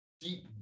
Deep